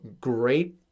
Great